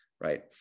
right